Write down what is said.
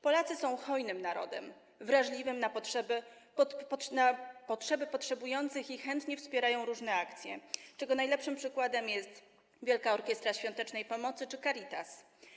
Polacy są hojnym narodem, wrażliwym na potrzeby potrzebujących, i chętnie wspierają różne akcje, czego najlepszym przykładem jest Wielka Orkiestra Świątecznej Pomocy czy Caritas.